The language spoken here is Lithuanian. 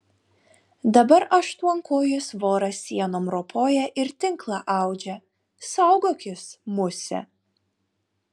dabar aštuonkojis voras sienom ropoja ir tinklą audžia saugokis muse